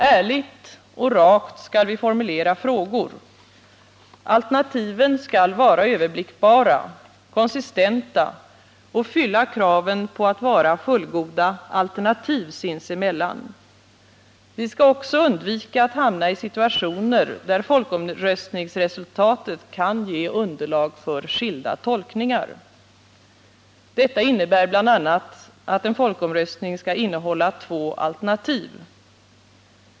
Ärligt och rakt skall vi formulera frågor. Alternativen skall vara överblickbara, konsistenta och fylla kraven på att vara fullgoda alternativ sinsemellan. Vi skall också undvika att hamna i situationer där folkomröstningsresultatet kan ge underlag för skilda tolkningar. Detta innebär bl.a. att en folkomröstning skall innehålla två alternativ.